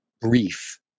brief